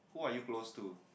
who are you close to